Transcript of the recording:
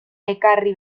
ekarri